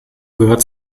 gehört